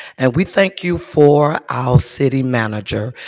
and we thank you for our city manager.